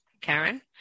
Karen